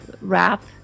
wrap